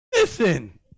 Listen